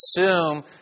assume